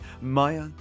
Maya